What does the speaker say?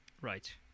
Right